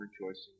rejoicing